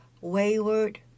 wayward